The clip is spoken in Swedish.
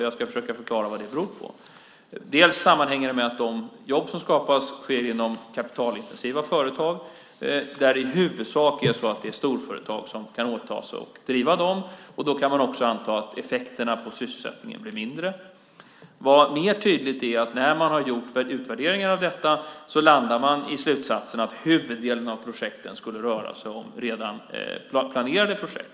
Jag ska försöka förklara vad det beror på. Delvis sammanhänger det med att de jobb som skapas kommer inom kapitalintensiva företag. Det är i huvudsak storföretag som kan åta sig att driva detta. Då kan man också anta att effekterna på sysselsättningen blir mindre. Vad som är mer tydligt är att när man har gjort utvärderingen av detta landar man i slutsatsen att huvuddelen av projekten skulle röra sig om redan planerade projekt.